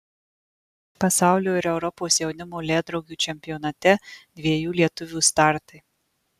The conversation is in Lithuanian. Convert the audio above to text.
pasaulio ir europos jaunimo ledrogių čempionate dviejų lietuvių startai